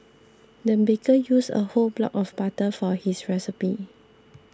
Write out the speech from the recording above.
the baker used a whole block of butter for his recipe